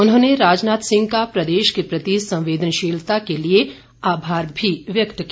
उन्होंने राजनाथ सिंह का प्रदेश के प्रति संवेदनशीलता के लिए आभार भी व्यक्त किया